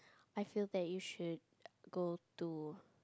I feel that you should go to